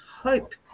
hope